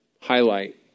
highlight